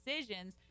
decisions